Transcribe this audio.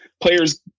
players